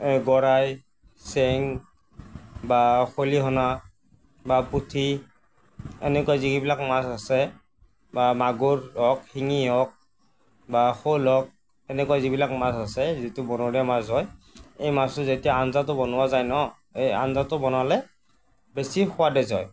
এই গৰৈ চেং বা খলিহনা বা পুঠি এনেকুৱা যিবিলাক মাছ আছে বা মাগুৰ হওক শিঙি হওক বা শ'ল হওক এনেকুৱা যিবিলাক মাছ আছে যিটো বনৰীয়া মাছ হয় এই মাছটো যেতিয়া আঞ্জাটো বনোৱা যায় ন এই আঞ্জাটো বনালে বেছি সোৱাদ হয়